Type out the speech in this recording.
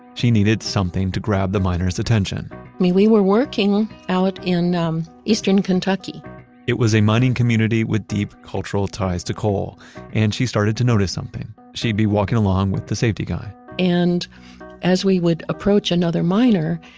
she needed something to grab the miner's attention i mean we were working out in um eastern kentucky it was a mining community with deep cultural ties to coal and she started to notice something. she'd be walking along with the safety guy and as we would approach another miner,